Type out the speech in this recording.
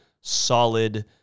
solid